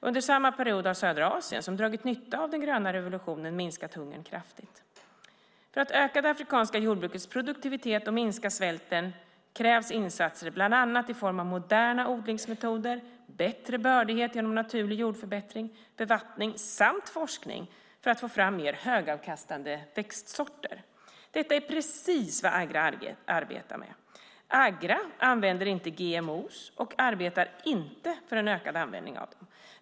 Under samma period har södra Asien, som dragit nytta av den gröna revolutionen, minskat hungern kraftigt. För att öka det afrikanska jordbrukets produktivitet och minska svälten krävs insatser bland annat i form av moderna odlingsmetoder, bättre bördighet genom naturlig jordförbättring, bevattning samt forskning för att få fram mer högavkastande växtsorter. Detta är precis vad Agra arbetar med. Agra använder inte GMO:er och arbetar inte för en ökad användning av dem.